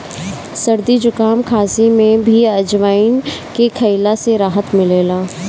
सरदी जुकाम, खासी में भी अजवाईन के खइला से राहत मिलेला